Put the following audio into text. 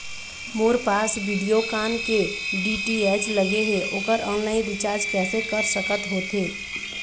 मोर पास वीडियोकॉन के डी.टी.एच लगे हे, ओकर ऑनलाइन रिचार्ज कैसे कर सकत होथे?